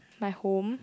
my home